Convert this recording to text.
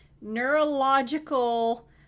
neurological